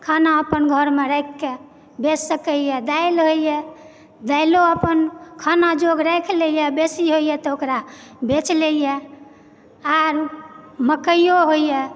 खाना अपना घरमे राखिके बेच सकयए दालि होयए दालिओ अपन खाना जोकर राखि लय यऽ बेसी होयए तऽ ओकरा बेच लैतए आओर मकैओ होयए